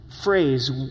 phrase